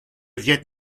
viêt